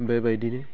बे बायदिनो